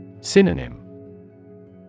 Synonym